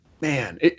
man